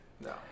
No